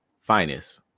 finest